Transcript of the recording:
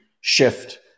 shift